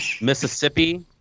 Mississippi